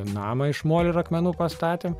namą iš molio ir akmenų pastatėm